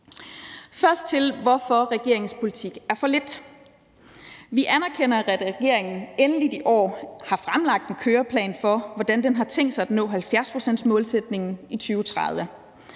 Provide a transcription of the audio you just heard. noget om, hvorfor regeringens politik er for lidt: Vi anerkender, at regeringen endelig i år har fremlagt en køreplan for, hvordan den har tænkt sig at nå 70-procentsmålsætningen i 2030.